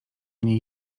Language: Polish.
niej